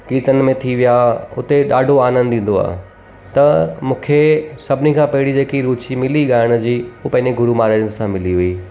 कीर्तन में थी विया हुते ॾाढो आनंदु ईंदो आहे त मूंखे सभिनी खां पहिरीं जेकी रूची मिली गाइण जी उहो पंहिंजे गुरु महाराजनि सां मिली हुई